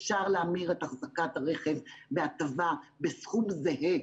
אפשר להמיר את אחזקת הרכב בהטבה בסכום זהה,